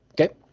Okay